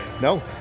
No